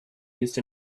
used